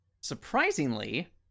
Surprisingly